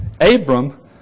Abram